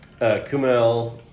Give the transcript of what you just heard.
Kumail